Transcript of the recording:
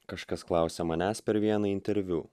kažkas klausia manęs per vieną interviu